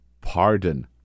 pardon